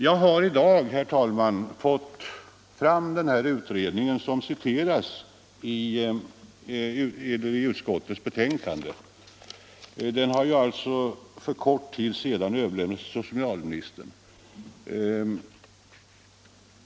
Jag har i dag, herr talman, fått fram den här utredningen, som citeras i utskottets betänkande och som för kort tid sedan överlämnats till socialministern.